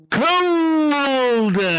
cold